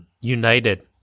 United